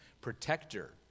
protector